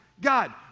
God